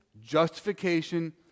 justification